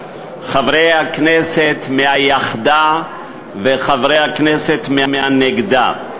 חברי הכנסת מהיחדה וחברי הכנסת מהנגדה,